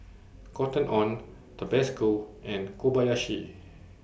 Cotton on Tabasco and Kobayashi